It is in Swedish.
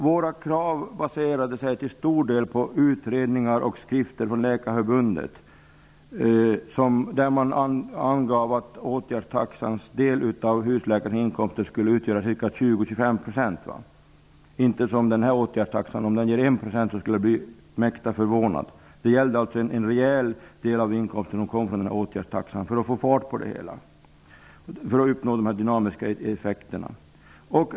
Våra krav baserade sig till stor del på utredningar och skrifter från Läkarförbundet, där man angav att åtgärdstaxans del av husläkarnas inkomster skulle utgöra cirka 20-25 %. Om den nu föreslagna åtgärdstaxan ger en procent, skulle jag bli mäkta förvånad. Det gällde alltså att en rejäl del av inkomsten skulle komma från åtgärdstaxan, för att få fart på det hela och uppnå de dynamiska effekterna.